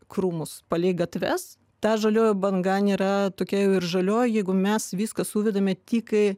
krūmus palei gatves ta žalioji banga nėra tokia jau ir žalioji jeigu mes viską suvedame tik į